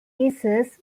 jesus